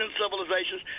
civilizations